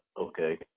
Okay